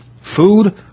Food